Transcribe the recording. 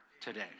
today